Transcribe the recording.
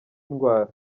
indwara